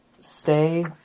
stay